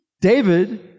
David